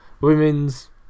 Women's